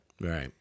right